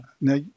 Now